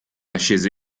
ascese